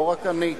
לא רק אני,